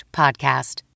podcast